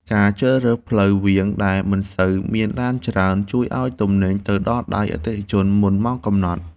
ការជ្រើសរើសផ្លូវវាងដែលមិនសូវមានឡានច្រើនជួយឱ្យទំនិញទៅដល់ដៃអតិថិជនមុនម៉ោងកំណត់។